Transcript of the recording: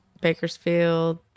Bakersfield